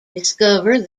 discover